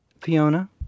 Fiona